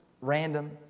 random